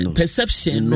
perception